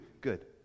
Good